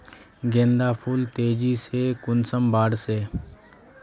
गेंदा फुल तेजी से कुंसम बार से?